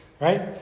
right